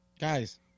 Guys